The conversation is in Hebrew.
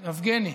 יבגני.